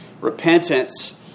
Repentance